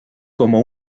como